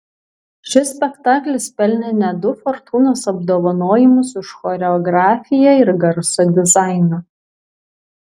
šis spektaklis pelnė net du fortūnos apdovanojimus už choreografiją ir garso dizainą